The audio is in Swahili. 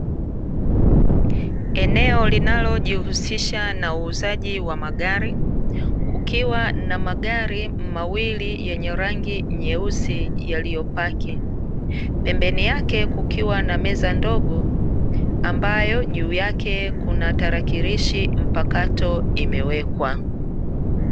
Eneo linalojihusisha na uuzaji wa magari, kukiwa na magari mawili yenye rangi nyeusi yaliyopaki, pembeni yake kukiwa na meza ndogo ambayo juu yake kuna tarakilishi mpakato imewekwa.